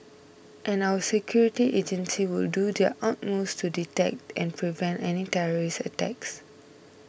and our security agencies will do their utmost to detect and prevent any terrorist attacks